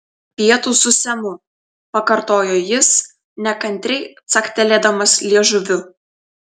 pietūs su semu pakartojo jis nekantriai caktelėdamas liežuviu